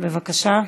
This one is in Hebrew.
בבקשה.